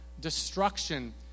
destruction